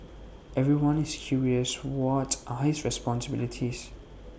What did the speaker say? everyone is curious what are his responsibilities